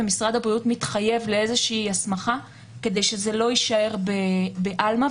ומשרד הבריאות מתחייב לאיזושהי הסמכה כדי שזה לא יישאר בעלמא,